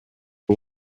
but